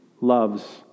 loves